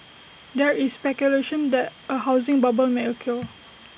there is speculation that A housing bubble may occur